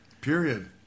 Period